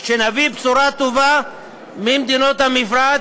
שנביא בשורה טובה ממדינות המפרץ,